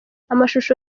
amashusho